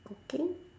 cooking